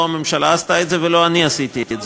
לא הממשלה עשתה את זה ולא אני עשיתי את זה.